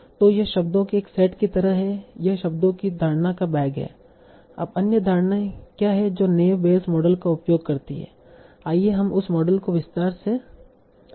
तो यह शब्दों के एक सेट की तरह है यह शब्दों की धारणा का बैग है अब अन्य धारणाएं क्या हैं जो नैव बेयस मॉडल का उपयोग करती हैं आइए हम उस मॉडल को विस्तार से देखते हैं